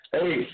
Hey